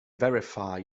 verify